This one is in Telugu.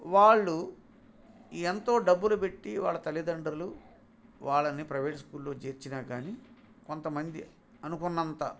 వాళ్ళు ఎంతో డబ్బులు పెట్టి వాళ్ళ తల్లిదండ్రులు వాళ్ళని ప్రైవేట్ స్కూల్లో చేర్చినా కానీ కొంత మంది అనుకున్నంత